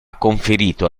conferito